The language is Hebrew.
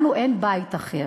לנו אין בית אחר.